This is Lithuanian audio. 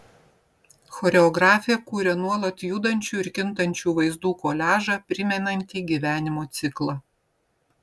choreografė kuria nuolat judančių ir kintančių vaizdų koliažą primenantį gyvenimo ciklą